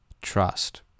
trust